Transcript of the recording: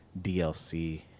DLC